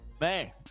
Man